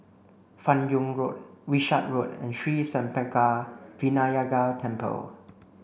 Fan Yoong Road Wishart Road and Sri Senpaga Vinayagar Temple